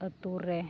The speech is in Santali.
ᱟᱛᱳ ᱨᱮ